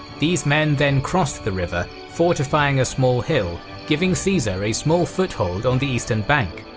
these men then crossed the river, fortifying a small hill, giving caesar a small foothold on the eastern bank.